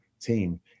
team